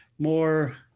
more